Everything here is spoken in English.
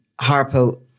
Harpo